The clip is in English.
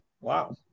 Wow